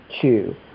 two